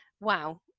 wow